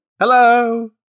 Hello